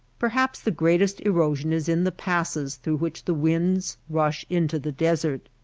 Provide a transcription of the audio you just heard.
perhaps the greatest erosion is in the passes through which the winds rush into the desert.